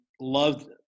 loved